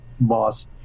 boss